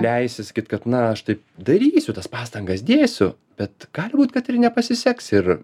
leisi sakyt kad na aš taip darysiu tas pastangas dėsiu bet gali būt kad ir nepasiseks ir